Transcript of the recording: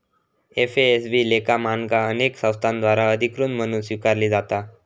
FASB लेखा मानका अनेक संस्थांद्वारा अधिकृत म्हणून स्वीकारली जाता